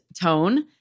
tone